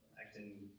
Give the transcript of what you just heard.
acting